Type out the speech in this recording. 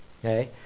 Okay